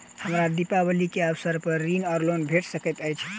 हमरा दिपावली केँ अवसर पर ऋण वा लोन भेट सकैत अछि?